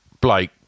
Blake